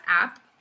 app